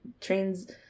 trains